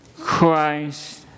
Christ